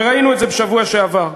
וראינו את זה בשבוע שעבר.